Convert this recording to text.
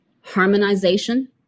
harmonization